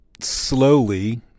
slowly